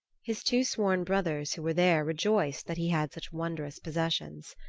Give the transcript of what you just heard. his two sworn brothers who were there rejoiced that he had such wondrous possessions.